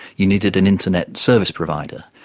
you needed an internet service provider,